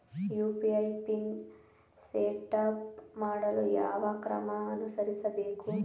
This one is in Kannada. ಯು.ಪಿ.ಐ ಪಿನ್ ಸೆಟಪ್ ಮಾಡಲು ಯಾವ ಕ್ರಮ ಅನುಸರಿಸಬೇಕು?